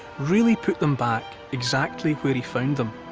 really put them back exactly where he found them?